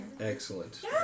Excellent